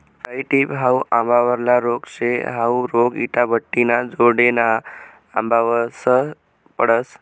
कायी टिप हाउ आंबावरला रोग शे, हाउ रोग इटाभट्टिना जोडेना आंबासवर पडस